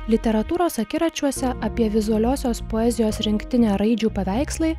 literatūros akiračiuose apie vizualiosios poezijos rinktinę raidžių paveikslai